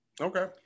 Okay